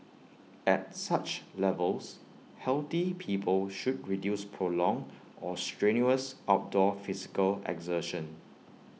at such levels healthy people should reduce prolonged or strenuous outdoor physical exertion